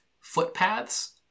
footpaths